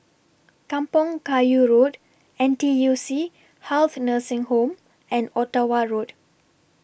Kampong Kayu Road N T U C Health Nursing Home and Ottawa Road